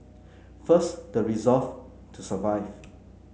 first the resolve to survive